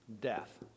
death